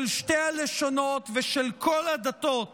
של שתי הלשונות ושל כל הדתות